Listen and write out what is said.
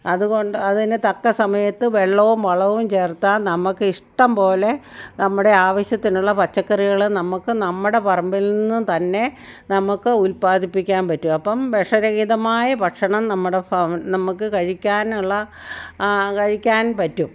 അതുകൊണ്ട് അതിന് തക്ക സമയത്ത് വെള്ളവും വളവും ചേർത്താൽ നമുക്ക് ഇഷ്ടംപ്പോലെ നമ്മുടെ ആവശ്യത്തിനുള്ള പച്ചക്കറികൾ നമുക്ക് നമ്മുടെ പറമ്പിൽ നിന്ന് തന്നെ നമുക്ക് ഉൽപാദിപ്പിക്കാൻ പറ്റും അപ്പം വിഷരഹിതമായ ഭക്ഷണം നമ്മുടെ ഫ നമുക്ക് കഴിക്കാനുള്ള കഴിക്കാൻ പറ്റും